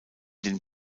den